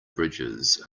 bridges